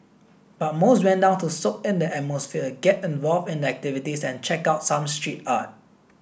but most went down to soak in the atmosphere get involved in the activities and check out some street art